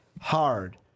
hard